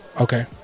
Okay